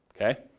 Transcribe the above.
okay